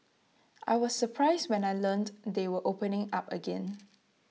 I was surprised when I learnt they were opening up again